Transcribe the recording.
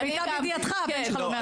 למיטב ידיעתך הבן שלך לא מעשן.